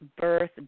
birth